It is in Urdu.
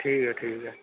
ٹھیک ہے ٹھیک ہے